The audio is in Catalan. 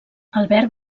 albert